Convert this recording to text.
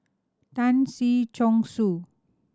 Tan Si Chong Su